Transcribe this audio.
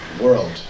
world